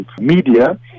media